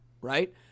right